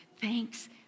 thanks